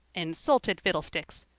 insulted fiddlesticks!